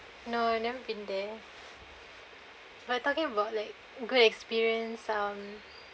no I never been there but talking about like good experience um